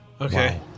okay